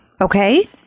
okay